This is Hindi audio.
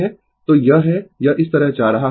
तो यह है यह इस तरह जा रहा है